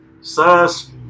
Sus